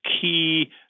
key